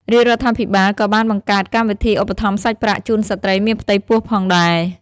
រាជរដ្ឋាភិបាលក៏បានបង្កើតកម្មវិធីឧបត្ថម្ភសាច់ប្រាក់ជូនស្ត្រីមានផ្ទៃពោះផងដែរ។